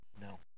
No